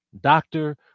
doctor